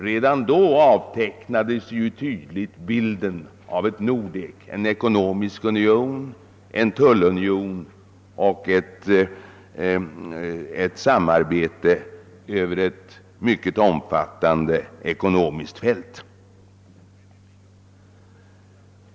Redan då avtecknade sig tydligt bilden av ett Nordek, en nordisk ekonomisk union, en tullunion och ett samarbete över ett omfattande ekonomiskt fält.